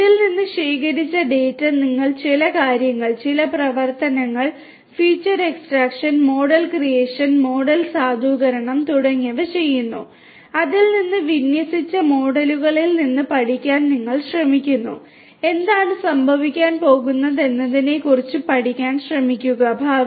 ഇതിൽ നിന്ന് ശേഖരിച്ച ഡാറ്റ നിങ്ങൾ ചില കാര്യങ്ങൾ ചില പ്രവർത്തനങ്ങൾ ഫീച്ചർ എക്സ്ട്രാക്ഷൻ മോഡൽ ക്രിയേഷൻ തുടങ്ങിയവ ചെയ്യുന്നു അതിൽ നിന്ന് വിന്യസിച്ച മോഡലുകളിൽ നിന്ന് പഠിക്കാൻ നിങ്ങൾ ശ്രമിക്കുന്നു എന്താണ് സംഭവിക്കാൻ പോകുന്നത് എന്നതിനെക്കുറിച്ച് പഠിക്കാൻ ശ്രമിക്കുക ഭാവി